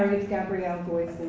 it's gabrielle goysons.